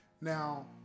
Now